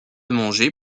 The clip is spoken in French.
manger